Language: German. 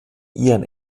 ihren